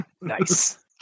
Nice